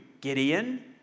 Gideon